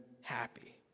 happy